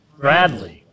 Bradley